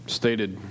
stated